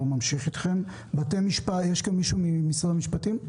יש כאן מישהו ממשרד המשפטים?